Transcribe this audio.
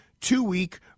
two-week